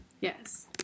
Yes